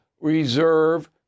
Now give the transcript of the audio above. reserve